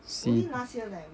see